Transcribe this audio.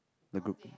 the group